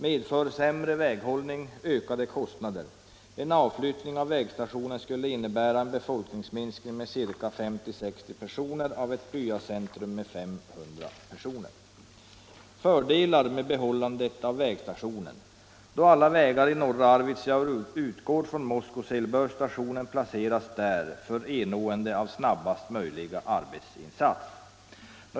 Medför sämre väghållning och ökade kostnader. En avflyttning av vägstationen skulle 167 innebära en befolkningsminskning med 50-60 personer av ett byacentrum med 500 personer. Fördelar med behållande av vägstationen: Då alla vägar i norra Arvidsjaur utgår från Moskosel bör stationen placeras där för ernående av snabbaste möjliga arbetsinsats.